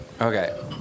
Okay